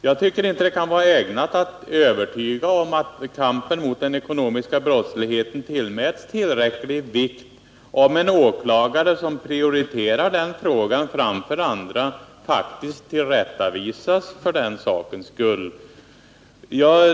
Jag tycker inte det kan vara ägnat att övertyga om att kampen mot den ekonomiska brottsligheten tillmäts tillräcklig vikt, om en åklagare som prioriterar den frågan framför andra faktiskt tillrättavisas för den sakens skull.